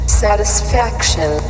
satisfaction